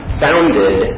founded